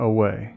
Away